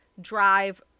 drive